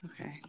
Okay